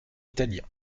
italien